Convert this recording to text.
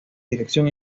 dirección